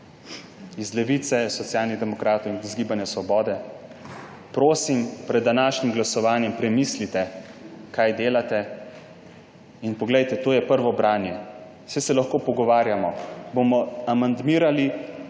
iz Levice, Socialnih demokratov in Gibanja Svoboda, prosim, pred današnjim glasovanjem premislite, kaj delate in poglejte, to je prvo branje. Saj se lahko pogovarjamo. Bomo amandmirali,